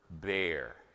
bear